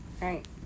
Right